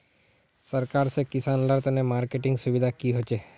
सरकार से किसान लार तने मार्केटिंग सुविधा की होचे?